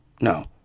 no